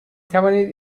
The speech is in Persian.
توانید